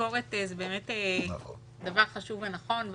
ביקורת זה דבר חשוב ונכון.